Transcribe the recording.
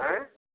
ଆଁ